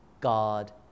God